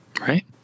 Right